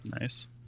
Nice